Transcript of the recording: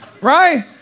Right